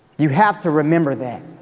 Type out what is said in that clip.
you have to remember that.